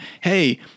Hey